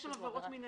יש עבירות מינהליות.